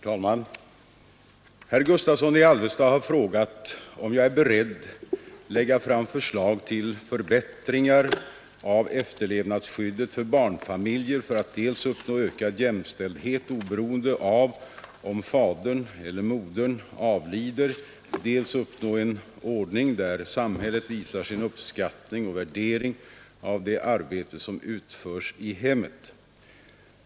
Herr talman! Herr Gustavsson i Alvesta har frågat om jag är beredd lägga fram förslag till förbättringar av efterlevandeskyddet för barnfamiljer för att dels uppnå ökad jämställdhet, oberoende av om fadern eller modern avlider, dels uppnå en ordning där samhället visar sin uppskattning och värdering av det arbete som utförs i hemmet.